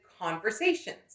conversations